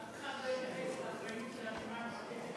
אף אחד לא התייחס, של הרשימה המשותפת,